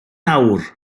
awr